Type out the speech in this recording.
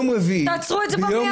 תעצרו את זה במליאה.